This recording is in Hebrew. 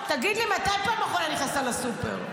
--- תגיד לי, מתי נכנסת לסופר בפעם האחרונה?